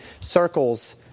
circles